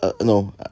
no